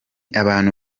abantu